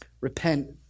Repent